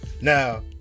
Now